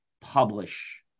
publish